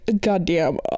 Goddamn